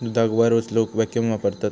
दुधाक वर उचलूक वॅक्यूम वापरतत